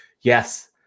yes